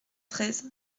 treize